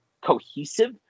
cohesive